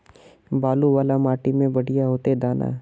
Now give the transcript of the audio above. बालू वाला माटी में बढ़िया होते दाना?